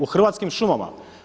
U Hrvatskim šumama.